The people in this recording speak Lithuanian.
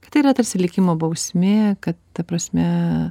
kad tai yra tarsi likimo bausmė kad ta prasme